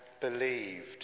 believed